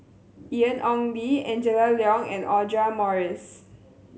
Ian Ong Li Angela Liong and Audra Morrice